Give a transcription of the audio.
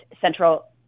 Central